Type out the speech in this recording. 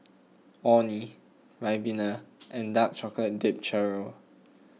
Orh Nee Ribena and Dark Chocolate Dipped Churro